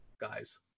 guys